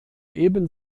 eben